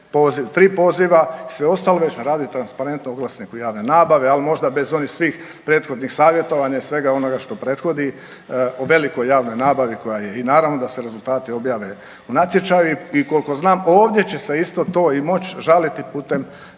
tri poziva, sve ostalo nek' se radi transparentno oglasnik javne nabave ali možda bez onih svih prethodnih savjetovanja i svega onoga što prethodi o velikoj javnoj nabavi. I naravno da se rezultati objave u natječaju. I koliko zna, ovdje će se isto to i moći žaliti putem